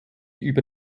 über